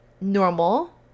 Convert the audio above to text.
normal